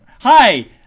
Hi